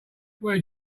where